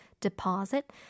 deposit